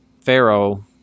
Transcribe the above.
Pharaoh